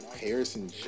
Harrison